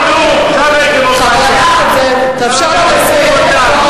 חבר הכנסת זאב, תאפשר לו לסיים.